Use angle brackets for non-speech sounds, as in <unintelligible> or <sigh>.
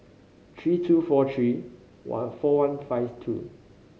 three two four three <unintelligible> four one five two